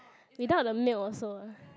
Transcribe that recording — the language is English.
without the milk also eh